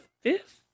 fifth